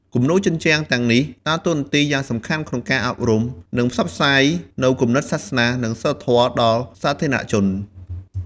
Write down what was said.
គំនូរជញ្ជាំងទាំងនេះដើរតួនាទីយ៉ាងសំខាន់ក្នុងការអប់រំ និងផ្សព្វផ្សាយនូវគំនិតសាសនា និងសីលធម៌ដល់សាធារណជន។